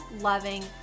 loving